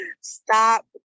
stop